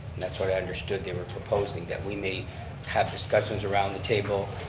and that's what i understood they were proposing that we may have discussions around the table